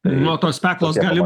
nuo tos peklos gali